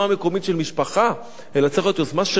משפחה אלא צריכה להיות יוזמה של חקיקה,